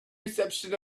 reception